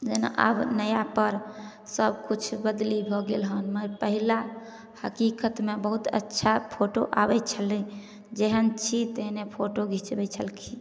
जेना आब नया पर सभ किछु बदली भऽ गेल हन मगर पहले हकीकतमे बहुत अच्छा फोटो आबै छेलै जेहन छी तेहने फोटो घिचबै छेलखिन